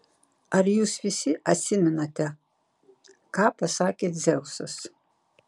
ar jūs visi atsimenate ką pasakė dzeusas